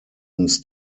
uns